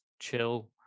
chill